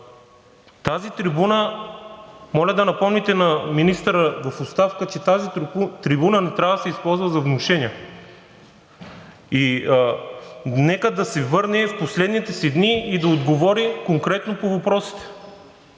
фамилията. Моля да напомните на министъра в оставка, че тази трибуна не трябва да се използва за внушения и нека да се върне в последните си дни и да отговори конкретно по въпросите,